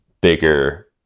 bigger